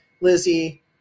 Lizzie